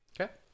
Okay